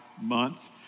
Month